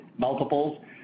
multiples